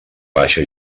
baixa